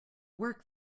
work